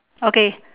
okay